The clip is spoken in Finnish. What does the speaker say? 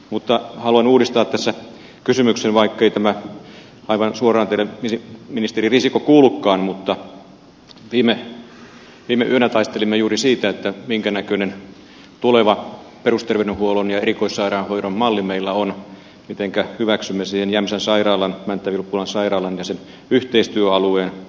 mutta haluan uudistaa tässä kysymyksen vaikkei tämä aivan suoraan teille ministeri risikko kuulukaan mutta viime yönä taistelimme juuri siitä minkänäköinen tuleva perusterveydenhuollon ja erikoissairaanhoidon malli meillä on mitenkä hyväksymme siihen jämsän sairaalan mänttä vilppulan sairaalan ja sen yhteistyöalueen